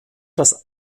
das